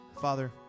Father